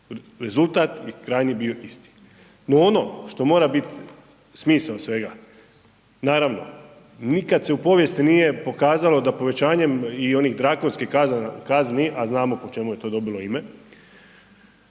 Rezultat je krajnji bio isti. No ono što mora biti smisao svega, naravno nikad se u povijesti nije pokazalo da povećanjem i onih drakonskih kazni, a znamo po čemu je to dobilo ime,